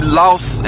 lost